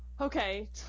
okay